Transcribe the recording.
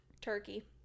Turkey